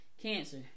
Cancer